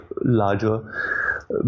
larger